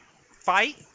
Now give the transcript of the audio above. fight